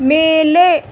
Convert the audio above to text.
ಮೇಲೆ